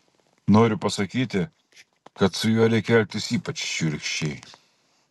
noriu pasakyti kad su juo reikia elgtis ypač šiurkščiai